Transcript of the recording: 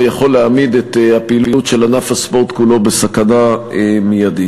יכול להעמיד את הפעילות של ענף הספורט כולו בסכנה מיידית.